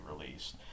released